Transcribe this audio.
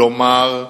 כלומר,